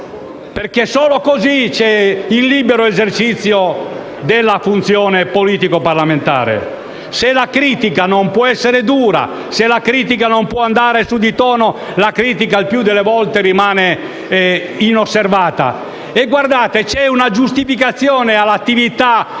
perché solo così c'è il libero esercizio della funzione politico-parlamentare. Se la critica non può essere dura, se la critica non può andare su di tono, il più delle volte rimane inosservata. Badate che c'è una giustificazione all'attività piuttosto